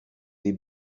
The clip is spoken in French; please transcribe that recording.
des